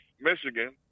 Michigan